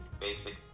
basic